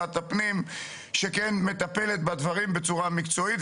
משרד הפנים לא מאשר הסכמים בין רשויות.